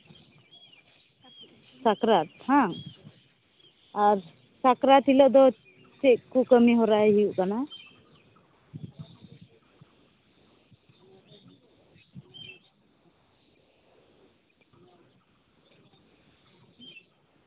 ᱥᱟᱠᱨᱟᱛ ᱵᱟᱝ ᱟᱨ ᱥᱟᱠᱨᱟᱛ ᱦᱤᱞᱳᱜ ᱫᱚ ᱪᱮᱫ ᱠᱚ ᱠᱟᱹᱢᱤᱦᱚᱨᱟᱭ ᱦᱩᱭᱩᱜ ᱠᱟᱱᱟ